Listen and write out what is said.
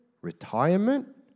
retirement